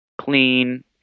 clean